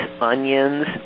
onions